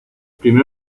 primero